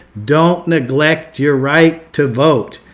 don't neglect your right to vote.